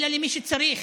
אלא למי שצריך,